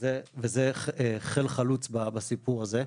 וזה חיל חלוץ בסיפור הזה.